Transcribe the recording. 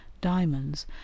diamonds